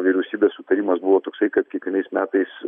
vyriausybės sutarimas buvo toksai kad kiekvienais metais